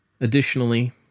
Additionally